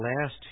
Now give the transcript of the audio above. last